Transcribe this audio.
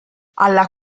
alla